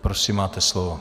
Prosím, máte slovo.